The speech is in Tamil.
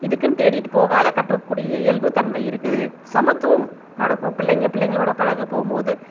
இதுக்குன்னு தேடிட்டு போகாத கற்றுக்கக் கூடிய இயல்புத் தன்மை இருக்குது சமத்துவம் நடக்கும் பிள்ளைங்கள் பிள்ளைங்களோட பழகப் போகும்போது